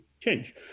change